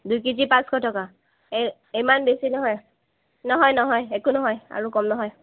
দুই কেজি পাঁচশ টকা এই ইমান বেছি নহয় নহয় নহয় একো নহয় আৰু কম নহয়